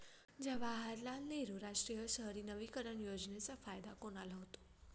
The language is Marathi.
जवाहरलाल नेहरू राष्ट्रीय शहरी नवीकरण योजनेचा फायदा कोणाला होतो?